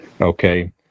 Okay